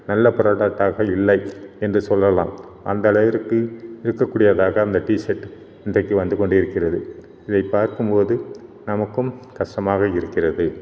நல்ல ப்ராடக்டாக இல்லை என்று சொல்லலாம் அந்த அளவிற்கு இருக்கறக் கூடியதாக அந்த டிஷர்ட் இன்றைக்கு வந்துக் கொண்டு இருக்கிறது இதை பார்க்கும் போது நமக்கும் கஷ்டமாக இருக்கிறது